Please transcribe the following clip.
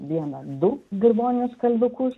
vieną du dirvoninis kalviukus